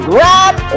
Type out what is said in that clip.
Grab